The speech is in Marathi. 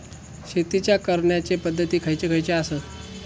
शेतीच्या करण्याचे पध्दती खैचे खैचे आसत?